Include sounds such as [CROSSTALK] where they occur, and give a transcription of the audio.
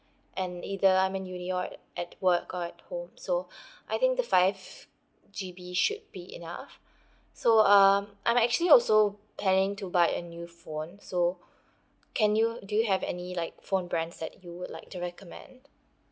and either I'm in uni or at work or at home so [BREATH] I think the five G_B should be enough so um I'm actually also planning to buy a new phone so can you do you have any like phone brands that you would like to recommend